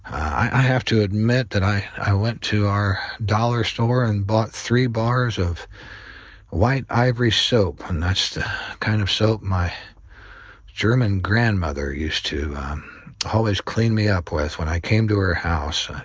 i have to admit that i i went to our dollar store and bought three bars of white ivory soap, and that's the kind of soap my german grandmother used to always clean me up with when i came to her house.